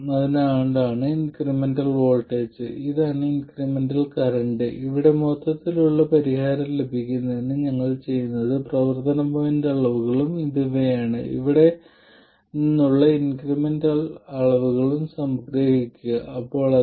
അതിനാൽ പൊതുവെ എല്ലാ ചെറിയ സിഗ്നൽ പരാമീറ്ററുകളും അടിസ്ഥാനപരമായി വലിയ സിഗ്നൽ കർവുകളുടെ ഡെറിവേറ്റീവുകളാണ്